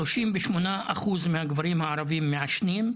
כ-38% מהגברים הערבים מעשנים,